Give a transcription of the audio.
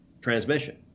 transmission